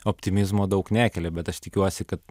optimizmo daug nekelia bet aš tikiuosi kad